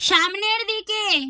সামনের দিকে